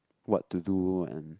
what to do and